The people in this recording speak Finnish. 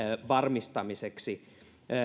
varmistamiseksi